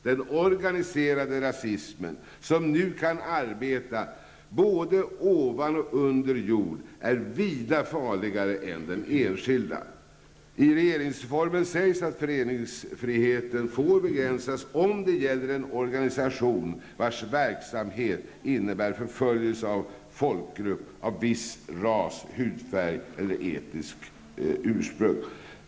Den organiserade rasismen, som nu kan arbeta både ovan och under jord, är vida farligare än den enskilda. I regeringsformen sägs att föreningsfriheten får begränsas om det gäller en organisation vars verksamhet innebär förföljelse av folkgrupp av viss ras, hudfärg eller etniskt ursprung.